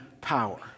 power